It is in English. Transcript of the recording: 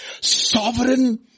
sovereign